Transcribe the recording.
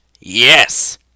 Yes